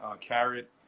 carrot